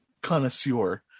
connoisseur